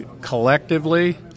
collectively